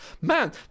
man